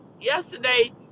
yesterday